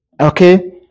Okay